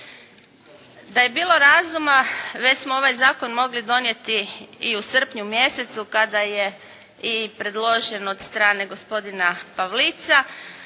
Da je bilo razuma već smo ovaj zakon mogli donijeti i u srpnju mjesecu kada je i predložen od strane gospodina Pavlica,